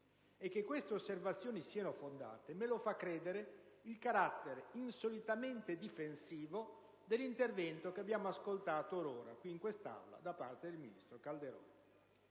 Che queste osservazioni siano fondate me lo fa credere il carattere insolitamente difensivo dell'intervento che abbiamo ascoltato or ora in quest'Aula da parte del ministro Calderoli.